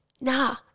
Nah